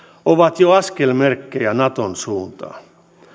on jo askelmerkki naton suuntaan